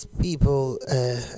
people